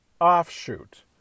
offshoot